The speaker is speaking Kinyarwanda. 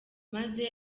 maze